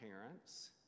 parents